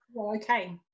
okay